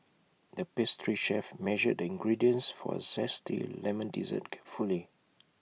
the pastry chef measured the ingredients for A Zesty Lemon Dessert carefully